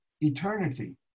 eternity